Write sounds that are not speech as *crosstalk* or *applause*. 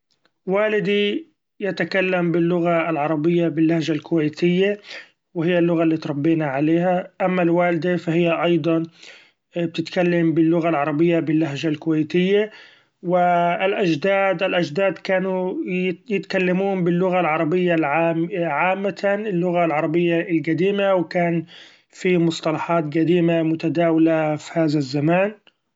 والدي يتكلم باللغة العربية باللهجة الكويتيي وهي اللغة اللي اتربينا عليها ، أما الوالدي فهي أيضا بتتكلم باللغة العربية باللهجة الكويتي ، و الأجداد الأجداد كانو يتكلمون باللغة العربية *hesitation* عامة اللغة العربية القديمي و كان في مصطلحات قديمي متداولة ف هذا الزمان.